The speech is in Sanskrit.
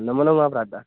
नमोनमः भ्राता